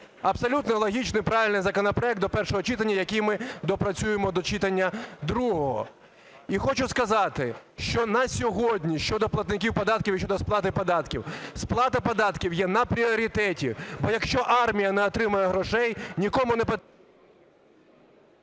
Абсолютно логічний і правильний законопроект до першого читання, який ми доопрацюємо до читання другого. І хочу сказати, що на сьогодні щодо платників податків і щодо сплати податків, сплата податків є на пріоритеті. Бо, якщо армія не отримає грошей… ГОЛОВУЮЧИЙ.